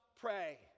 pray